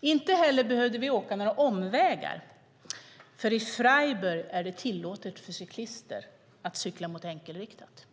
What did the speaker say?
Inte heller behövde vi åka några omvägar, för i Freiburg är det tillåtet för cyklister att cykla mot enkelriktat.